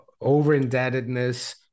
over-indebtedness